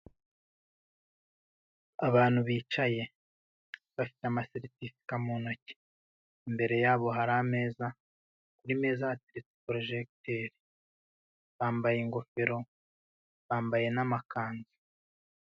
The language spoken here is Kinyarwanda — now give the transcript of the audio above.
Abantu bicaye, bafite amaseritifika mu ntoki, imbere yabo hari ameza, ku meza hateretse porojegiteri, bambaye ingofero, bambaye n'amakanzu.